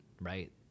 right